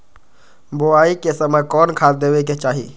बोआई के समय कौन खाद देवे के चाही?